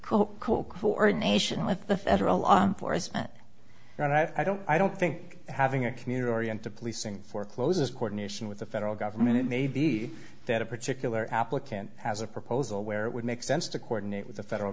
cool cool coordination with the federal law enforcement and i don't i don't think having a community oriented policing forecloses court nation with the federal government it may be that a particular applicant has a proposal where it would make sense to coordinate with the federal